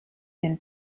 den